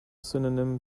synonym